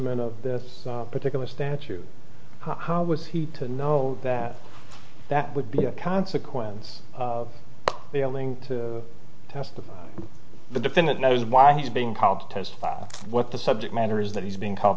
ment of this particular statute how was he to know that that would be a consequence of failing to testify the defendant knows why he's being called to testify what the subject matter is that he's being called